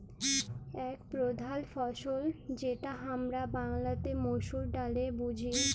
এক প্রধাল ফসল যেটা হামরা বাংলাতে মসুর ডালে বুঝি